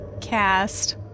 cast